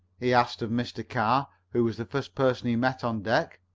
he asked of mr. carr, who was the first person he met on deck.